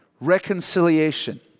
reconciliation